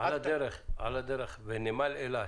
על הדרך בנמל אילת